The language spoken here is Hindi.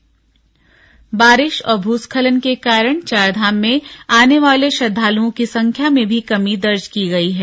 चारधाम यात्रा बारिा और भूस्खलन के कारण चारधाम में आने वाले श्रद्वालुओं की संख्या में भी कमी दर्ज की गई है